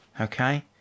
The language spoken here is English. okay